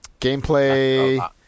Gameplay